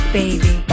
baby